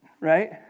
right